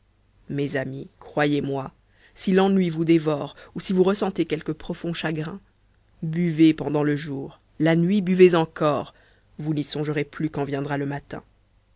mes amis croyez-moi si l'ennui vous dévore ou si vous ressentez quelque profond chagrin buvez pendant le jour la nuit buvez encore vous n'y songerez plus quand viendra le matin